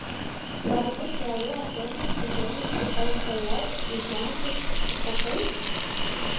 galbūt realu artėjantį sezoną į lkl įžengti su trakais